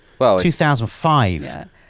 2005